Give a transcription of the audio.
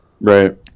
Right